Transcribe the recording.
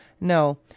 no